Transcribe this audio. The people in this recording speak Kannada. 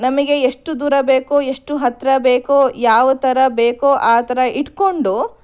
ನಮಗೆ ಎಷ್ಟು ದೂರ ಬೇಕೋ ಎಷ್ಟು ಹತ್ತಿರ ಬೇಕೋ ಯಾವ ಥರ ಬೇಕೋ ಆ ಥರ ಇಟ್ಕೊಂಡು